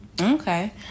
Okay